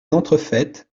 entrefaites